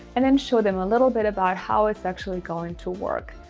and then show them a little bit about how it's actually going to work.